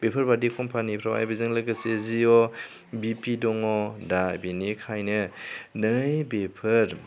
बेफोरबायदि कम्पानीफोरावहाय बिजों लोगोसे जिअ बि पि दङ दा बेनिखायनो नैबेफोर